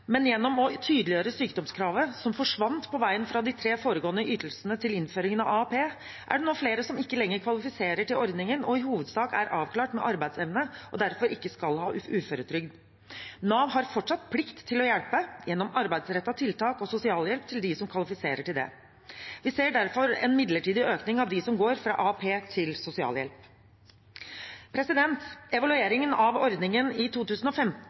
men gjennom å tydeliggjøre sykdomskravet, som forsvant på veien fra de tre foregående ytelsene til innføringen av AAP, er det nå flere som ikke lenger kvalifiserer til ordningen og i hovedsak er avklart med arbeidsevne og derfor ikke skal ha uføretrygd. Nav har fortsatt plikt til å hjelpe, gjennom arbeidsrettede tiltak og sosialhjelp til dem som kvalifiserer til det. Vi ser derfor en midlertidig økning av dem som går fra AAP til sosialhjelp. Evalueringen av ordningen i